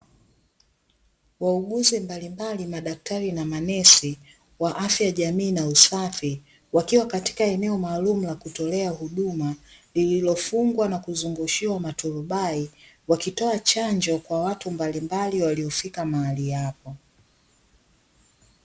Wauguzi mbalimbali, madaktari na manesi wa afya ya jamii na usafi, wakiwa katika eneo maalumu la kutolea huduma lililofungwa na kuzungushiwa maturubai, wakitoa chanjo kwa watu mbalimbali waliofika mahali hapo.